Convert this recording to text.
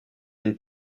une